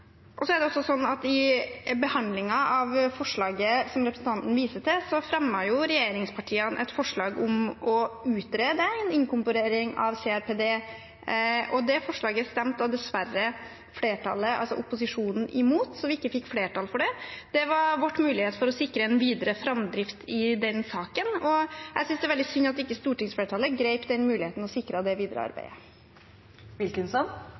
er også sånn at i behandlingen av forslaget, som representanten viser til, fremmet regjeringspartiene et forslag om å utrede en inkorporering av CRPD. Det forslaget stemte dessverre flertallet, altså opposisjonen, imot, så vi ikke fikk flertall for det. Det var vår mulighet til å sikre en videre framdrift i den saken. Jeg synes det er veldig synd at ikke stortingsflertallet grep den muligheten og sikret det videre